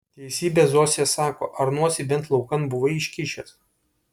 teisybę zosė sako ar nosį bent laukan buvai iškišęs